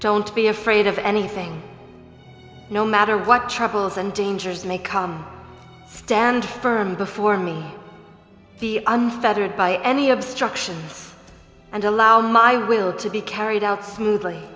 don't be afraid of anything no matter what troubles and dangers may come stand firm before me be unfettered by any obstructions and allow my will to be carried out smoothly